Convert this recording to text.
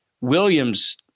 Williams